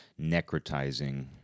necrotizing